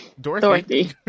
Dorothy